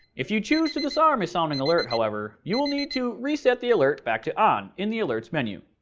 if you choose to disarm a sounding alert, however, you will need to reset the alert back to on in the alerts menu.